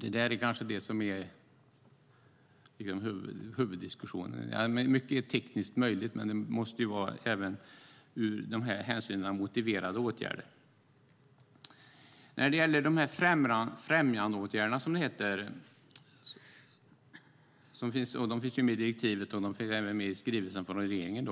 Det är kanske huvuddiskussionen. Mycket är tekniskt möjligt, men åtgärderna måste också vara motiverade utifrån dessa hänsyn. De främjandeåtgärder som finns med i direktivet och i skrivelsen från regeringen